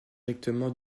directement